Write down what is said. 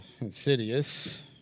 Insidious